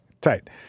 tight